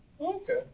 Okay